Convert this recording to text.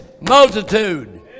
multitude